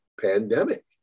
pandemic